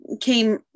came